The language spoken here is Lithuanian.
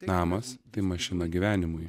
namas tai mašina gyvenimui